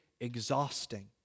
exhausting